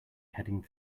heading